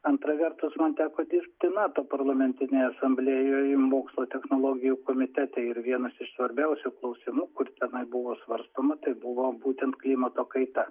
antra vertus man teko dirbti nato parlamentinėj asamblėjoj mokslo technologijų komitete ir vienas iš svarbiausių klausimų kur tenai buvo svarstoma buvo būtent klimato kaita